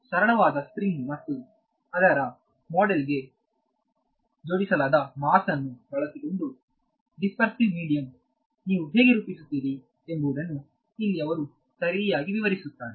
ಸರಳವಾದ ಸ್ಪ್ರಿಂಗ್ ಮತ್ತು ಅದರ ಮಾಡೆಲ್ ಗೆ ಜೋಡಿಸಲಾದ ಮಾಸ್ ನ್ನು ಬಳಸಿಕೊಂಡು ಡಿಸ್ಪರ್ಸಿವ್ ಮೀಡಿಯಂ ನೀವು ಹೇಗೆ ರೂಪಿಸುತ್ತೀರಿ ಎಂಬುದನ್ನು ಇಲ್ಲಿ ಅವರು ಸರಿಯಾಗಿ ವಿವರಿಸುತ್ತಾರೆ